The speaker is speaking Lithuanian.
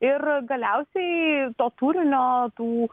ir galiausiai to turinio tų